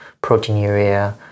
proteinuria